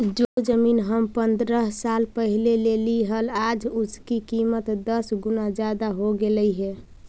जो जमीन हम पंद्रह साल पहले लेली हल, आज उसकी कीमत दस गुना जादा हो गेलई हे